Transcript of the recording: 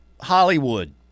Hollywood